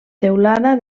teulada